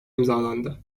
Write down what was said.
imzalandı